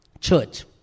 church